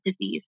disease